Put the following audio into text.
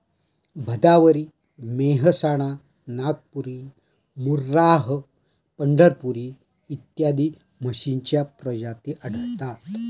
भदावरी, मेहसाणा, नागपुरी, मुर्राह, पंढरपुरी इत्यादी म्हशींच्या प्रजाती आढळतात